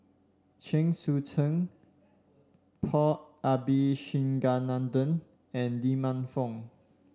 Chen Sucheng Paul Abisheganaden and Lee Man Fong